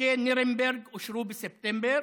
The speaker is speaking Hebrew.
חוקי נירנברג אושרו בספטמבר